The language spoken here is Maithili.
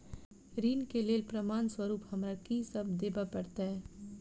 ऋण केँ लेल प्रमाण स्वरूप हमरा की सब देब पड़तय?